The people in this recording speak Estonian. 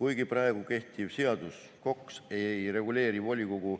Kuigi praegu kehtiv seadus (KOKS) ei reguleeri volikogu